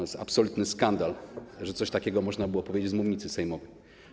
To jest absolutny skandal, że coś takiego można było powiedzieć z mównicy sejmowej.